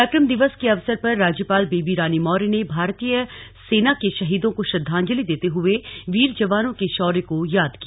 पराक्रम दिवस के अवसर पर राज्यपाल बेबी रानी मौर्य ने भारतीय सेना के शहीदों को श्रद्वांजलि देते हए वीर जवानों के शौर्य को याद किया